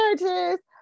marriages